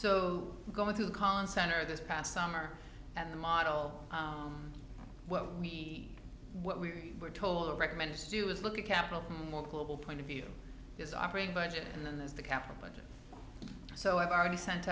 so going through concept or this past summer and the model what we what we were told or recommended to do is look at capital more global point of view is operating budget and then there's the capital budget so i've already sent